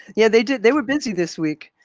yeah, they did. they were busy this week.